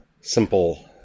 simple